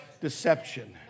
deception